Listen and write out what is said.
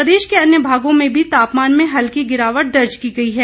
प्रदेश के अन्य भागों में भी तापमान में हल्की गिरावट दर्ज की गई है